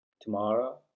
tomorrow